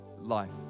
life